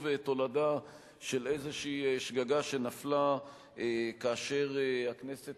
תולדה של איזו שגגה שנפלה כאשר הכנסת